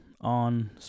on